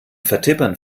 vertippern